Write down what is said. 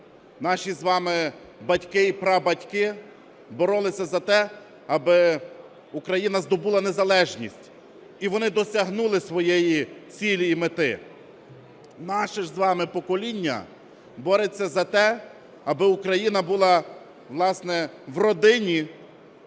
Наші з вами батьки і прабатьки боролися за те, аби Україна здобула незалежність. І вони досягнули своєї цілі й мети. Наше ж з вами покоління бореться за те, аби Україна була, власне, в родині